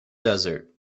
desert